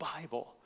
Bible